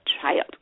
child